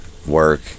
work